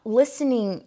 listening